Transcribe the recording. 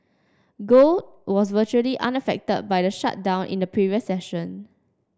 gold was virtually unaffected by the shutdown in the previous session